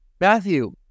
Matthew